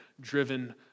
driven